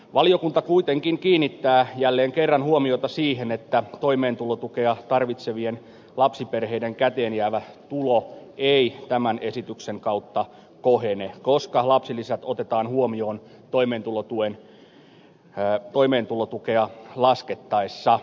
valiokunta kuitenkin kiinnittää jälleen kerran huomiota siihen että toimeentulotukea tarvitsevien lapsiperheiden käteenjäävä tulo ei tämän esityksen kautta kohene koska lapsilisät otetaan huomioon toimeentulotukea laskettaessa